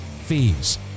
fees